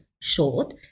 short